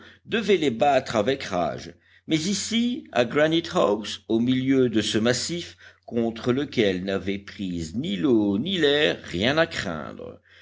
devait les battre avec rage mais ici à granite house au milieu de ce massif contre lequel n'avaient prise ni l'eau ni l'air rien à craindre